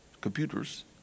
computers